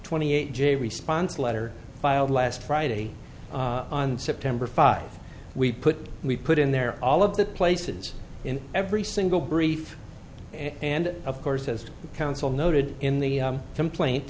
twenty eight j response letter filed last friday on september five we put we put in there all of the places in every single brief and of course as counsel noted in the complaint